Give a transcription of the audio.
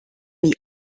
nie